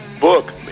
book